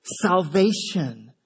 salvation